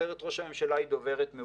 תודעה היא המצב של אנשים בקהל הישראלי,